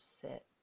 Sit